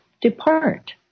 depart